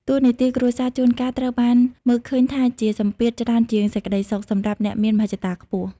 តួនាទីគ្រួសារជួនកាលត្រូវបានមើលឃើញថាជា "សម្ពាធ" ច្រើនជាង "សេចក្តីសុខ" សម្រាប់អ្នកមានមហិច្ឆតាខ្ពស់។